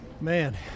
man